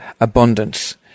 abundance